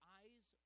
eyes